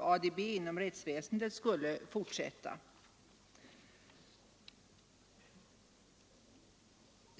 ADB inom rättsväsendet skall fortsätta.